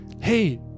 hey